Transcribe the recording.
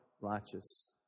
righteous